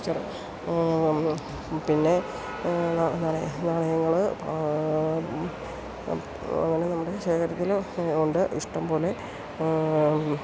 പിന്നെ നാണയങ്ങള് അങ്ങനെ നമ്മുടെ ശേഖരത്തില് ഉണ്ട് ഇഷ്ടംപോലെ